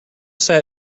sat